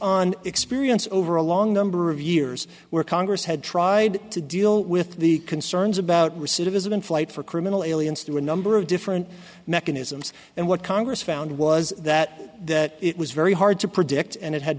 on experience over a long number of years where congress had tried to deal with the concerns about recidivism in flight for criminal aliens to a number of different mechanisms and what congress found was that it was very hard to predict and it had